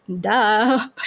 duh